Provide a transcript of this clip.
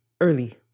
early